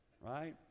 right